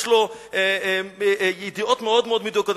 יש לו ידיעות מאוד מאוד מדויקות.